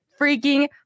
freaking